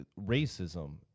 racism